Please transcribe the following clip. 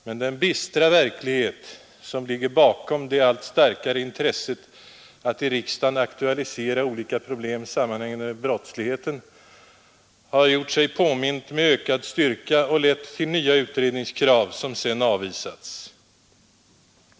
Men den bistra verklighet, som ligger bakom det allt starkare intresset att i riksdagen aktualisera olika problem sammanhängande med brottsligheten, har gjort sig påmind med ökad styrka och lett till nya utredningskrav, som sedan avvisats.